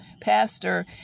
pastor